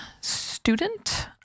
student